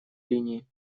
линии